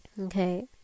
Okay